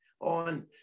on